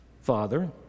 Father